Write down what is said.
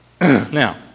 now